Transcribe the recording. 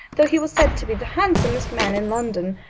though he was said to be the handsomest man in london.